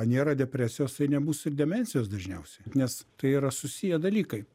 nėra depresijos tai nebus ir demencijos dažniausiai nes tai yra susiję dalykai